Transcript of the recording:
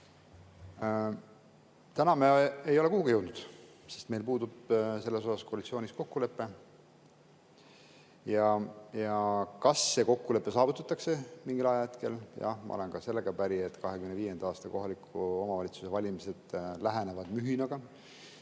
Täna me ei ole kuhugi jõudnud, sest meil puudub selles osas koalitsioonis kokkulepe. Kas see kokkulepe saavutatakse mingil ajahetkel? Jah, ma olen ka sellega päri, et 2025. aasta kohaliku omavalitsuse valimised lähenevad mühinaga.